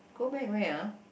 go back where ah